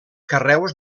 carreus